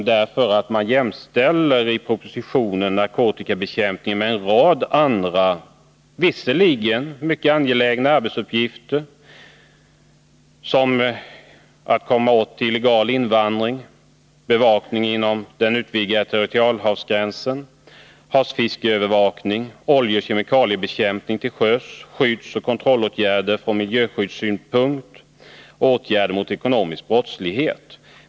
I propositionen jämställer man nämligen narkotikabekämpningen med en rad andra, visserligen mycket angelägna, arbetsuppgifter. Det är uppgifter för att komma åt illegal invandring, bevakning inom den utvidgade territorialhavsgränsen, havsfiskeövervakning, oljeoch kemikaliebekämpning till sjöss, skyddsoch kontrollåtgärder från miljöskyddssynpunkt och åtgärder mot ekonomisk brottslighet.